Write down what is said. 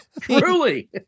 Truly